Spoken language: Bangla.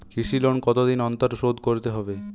কৃষি লোন কতদিন অন্তর শোধ করতে হবে?